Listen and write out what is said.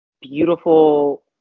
beautiful